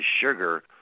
sugar